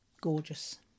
Gorgeous